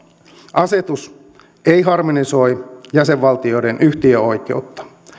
asetus ei harmonisoi jäsenvaltioiden yhtiöoikeutta